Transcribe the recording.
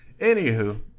Anywho